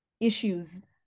issues